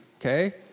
okay